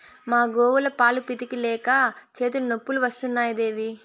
మా గోవుల పాలు పితిక లేక చేతులు నొప్పులు వస్తున్నాయి దేవీ